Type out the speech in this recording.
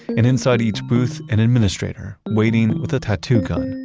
and inside each booth, an administrator waiting with a tattoo gun,